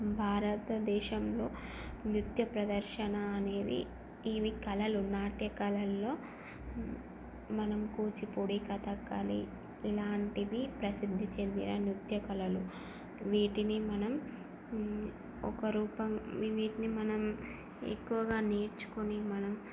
భారతదేశంలో నృత్య ప్రదర్శన అనేవి ఇవి కళలు నాట్య కళల్లో మనం కూచిపూడి కథాకళి ఇలాంటివి ప్రసిద్ధి చెందిన నృత్య కళలు వీటిని మనం ఒక రూపం వీటిని మనం ఎక్కువగా నేర్చుకొని మనం